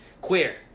Queer